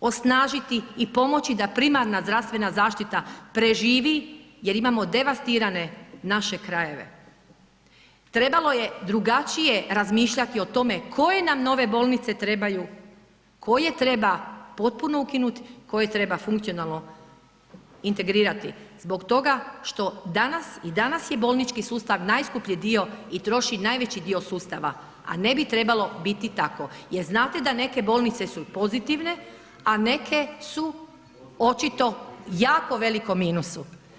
osnažiti i pomoći da primarna zdravstvena zaštita preživi jer imamo devastirane naše krajeve, trebalo je drugačije razmišljati o tome koje nam nove bolnice trebaju, koje treba potpuno ukinut, koje treba funkcionalno integrirati zbog toga što danas i danas je bolnički sustav najskuplji dio i troši najveći dio sustava, a ne bi trebalo biti tako jer znate da neke bolnice su pozitivne, a neke su očito u jako velikom minusu.